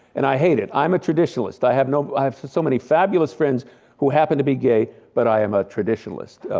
and i hate it, i'm a traditionalist, i have and um i have so many fabulous friends who happen to be gay but i am a traditionalist.